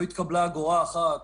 לא התקבלה אגורה אחת.